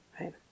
right